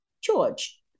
George